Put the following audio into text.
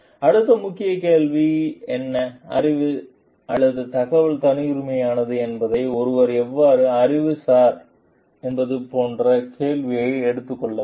அடுத்த முக்கிய கேள்வி என்ன அறிவு அல்லது தகவல் தனியுரிமமானது என்பதை ஒருவர் எவ்வாறு அறிவார் என்பது போன்ற கேள்வியை எடுத்துக் கொள்ள வேண்டும்